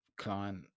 client